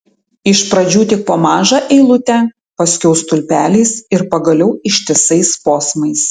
iš pradžių tik po mažą eilutę paskiau stulpeliais ir pagaliau ištisais posmais